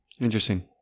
Interesting